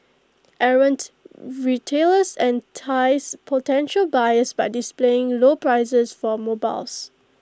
errant retailers entice potential buyers by displaying low prices for mobiles